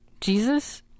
Jesus